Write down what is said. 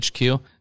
HQ